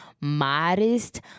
modest